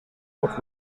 what